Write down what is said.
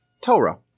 Torah